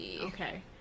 Okay